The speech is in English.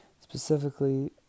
specifically